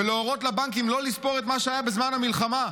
ולהורות לבנקים לא לספור את מה שהיה בזמן המלחמה,